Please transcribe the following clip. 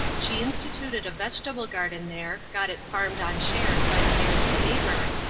she instituted a vegetable garden there, got it farmed on shares by the nearest neighbor,